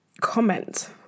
comment